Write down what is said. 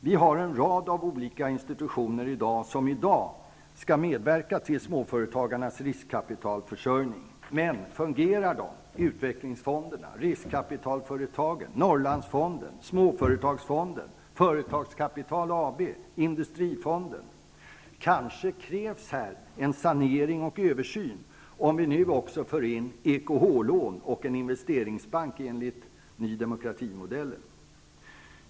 Vi har en rad av olika institutioner som i dag skall medverka till småföretagarnas riskkapitalförsörjning, nämligen utvecklingsfonderna, riskkapitalföretagen, Företagskapital AB och Industrifonden. Men, fungerar de? Det krävs kanske en sanering och en översyn med tanke på om vi nu enligt Ny demokratis modell också inför EKH-lån och investeringsbank.